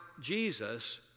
Jesus